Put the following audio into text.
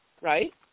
right